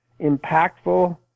impactful